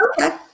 Okay